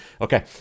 Okay